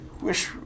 Wish